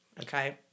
okay